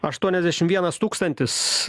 aštuoniasdešim vienas tūkstantis